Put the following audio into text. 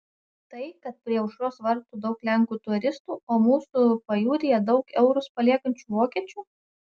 tai kad prie aušros vartų daug lenkų turistų o mūsų pajūryje daug eurus paliekančių vokiečių